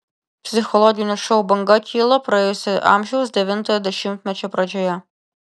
psichologinių šou banga kilo praėjusio amžiaus devintojo dešimtmečio pradžioje